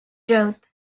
growth